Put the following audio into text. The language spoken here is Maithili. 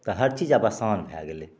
तऽ हर चीज आब आसान भै गेलै